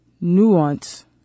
nuance